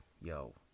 Yo